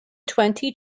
twenty